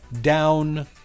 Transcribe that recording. down